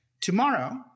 Tomorrow